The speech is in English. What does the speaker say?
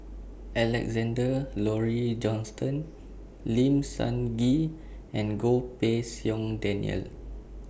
Alexander Laurie Johnston Lim Sun Gee and Goh Pei Siong Daniel